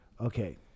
Okay